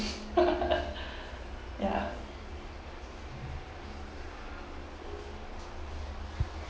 ya